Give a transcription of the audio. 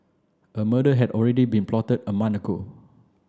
a murder had already been plotted a month ago